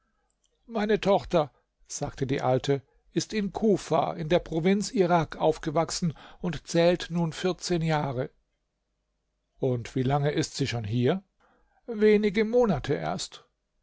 meine tochter sagte die alte ist in kufa in der provinz irak aufgewachsen und zählt nun vierzehn jahre und wie lange ist sie schon hier wenige monate erst